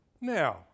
Now